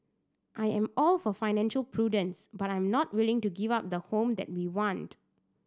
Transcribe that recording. I am all for financial prudence but I am not willing to give up the home that we want